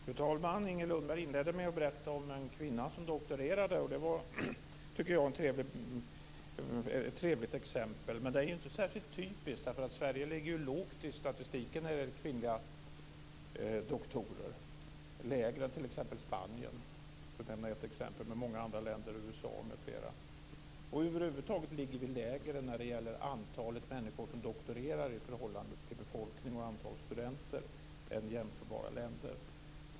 Fru talman! Inger Lundberg inledde med att berätta om en kvinna som doktorerade. Jag tycker att det var ett trevligt exempel. Men det är inte särskilt typiskt. Sverige ligger lågt i statistiken när det gäller kvinnliga doktorer. Vi ligger lägre än t.ex. Spanien, för nämna ett exempel, men det gäller många andra länder också, t.ex. USA m.fl. Vi ligger över huvud taget lägre när det gäller antalet människor som doktorerar i förhållande till befolkning och antal studenter än jämförbara länder.